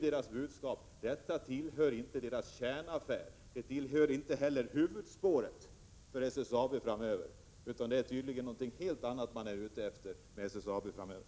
Deras budskap är ju att detta inte tillhör deras s.k. kärnaffär. Det tillhör inte heller huvudspåret för SSAB. Det är tydligen något helt annat man är ute efter när det gäller SSAB framöver.